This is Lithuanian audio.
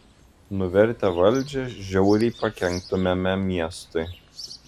nuvertę valdžią žiauriai pakenktumėme miestui